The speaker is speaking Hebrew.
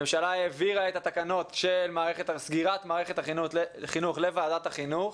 הממשלה העבירה את התקנות על סגירת מערכת החינוך לוועדת החינוך